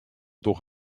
toch